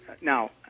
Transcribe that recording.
now